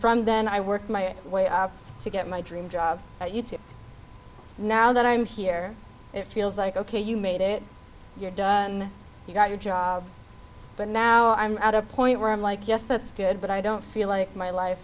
from then i worked my way up to get my dream job at u t now that i'm here it feels like ok you made it you're done you got your job but now i'm at a point where i'm like yes that's good but i don't feel like my life